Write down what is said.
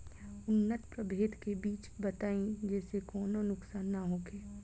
उन्नत प्रभेद के बीज बताई जेसे कौनो नुकसान न होखे?